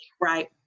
Right